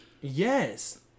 yes